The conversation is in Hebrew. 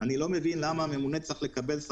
אין מתנגדים ואין